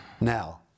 now